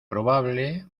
probable